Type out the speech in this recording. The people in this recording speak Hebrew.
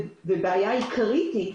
ובגלל בעיה עיקרית אחרת